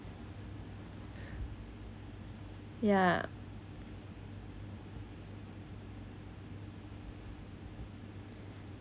ya